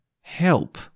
help